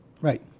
Right